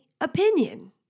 opinion